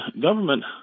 government